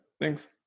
Thanks